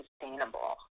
sustainable